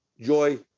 Joy